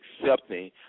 accepting